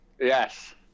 Yes